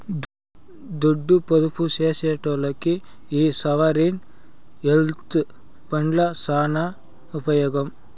దుడ్డు పొదుపు సేసెటోల్లకి ఈ సావరీన్ వెల్త్ ఫండ్లు సాన ఉపమోగం